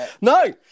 No